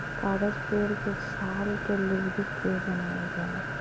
कागज पेड़ के छाल के लुगदी के बनावल जाला